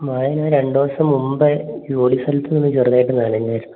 ഞാൻ രണ്ട് ദിവസം മുൻപേ ജോലി സ്ഥലത്തു നിന്ന് ചെറുതായിട്ട് നനഞ്ഞായിരുന്നു